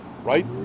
Right